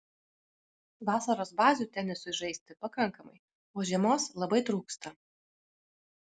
vasaros bazių tenisui žaisti pakankamai o žiemos labai trūksta